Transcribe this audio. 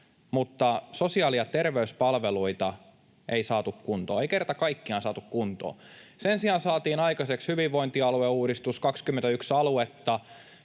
mutta sosiaali- ja terveyspalveluita ei saatu kuntoon, ei kerta kaikkiaan saatu kuntoon. Sen sijaan saatiin aikaiseksi hyvinvointialueuudistus: 21 aluetta,